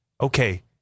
okay